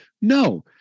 No